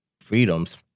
freedoms